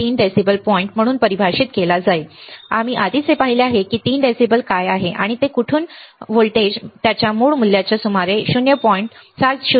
3 dB point म्हणून परिभाषित केला आहे बरोबर आम्ही आधीच पाहिले आहे की 3 डीबी काय आहे किंवा ते कुठे आहे व्होल्टेज त्याच्या मूळ मूल्याच्या सुमारे 0